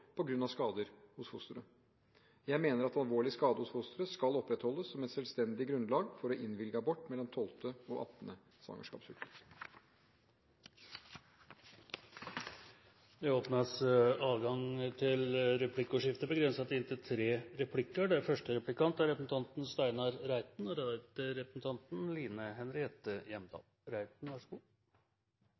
av skader hos fosteret. Jeg mener at alvorlig skade hos fosteret skal opprettholdes som et selvstendig grunnlag for å innvilge abort mellom 12. og 18. svangerskapsuke. Det blir replikkordskifte. Det er dokumentert at abortklagenemnda de siste årene har innvilget søknader om senabort som er